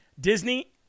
Disney